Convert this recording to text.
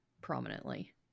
prominently